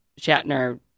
Shatner